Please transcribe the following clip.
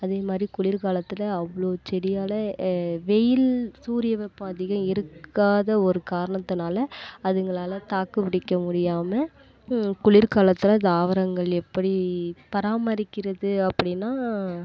அதே மாதிரி குளிர் காலத்தில் அவ்வளோ செடியால் வெயில் சூரிய வெப்பம் அதிகம் இருக்காத ஒரு காரணத்துனால அதுங்களால் தாக்கு பிடிக்க முடியாமல் குளிர் காலத்தில் தாவரங்கள் எப்படி பராமரிக்கிறது அப்படின்னா